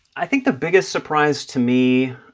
i think the biggest surprise to me